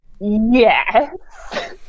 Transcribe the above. yes